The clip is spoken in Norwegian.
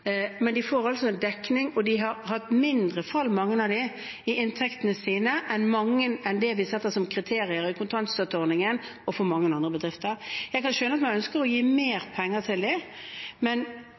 men de får en dekning, og mange av dem har hatt mindre fall i inntektene sine enn det vi setter som kriterier i kontantstøtteordningen og for mange andre bedrifter. Jeg kan skjønne at man ønsker å gi mer